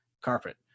carpet